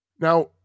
Now